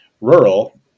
rural